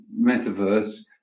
metaverse